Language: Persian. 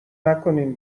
نکنین